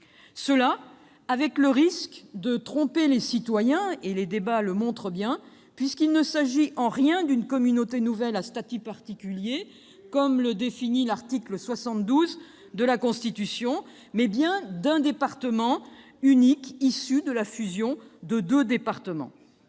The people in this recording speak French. clair. Le risque est de tromper les citoyens- les débats le montrent bien -,... Eh oui !... puisqu'il ne s'agit en rien d'une communauté nouvelle à statut particulier au sens de l'article 72 de la Constitution, mais bien d'un département unique issu de la fusion de deux départements.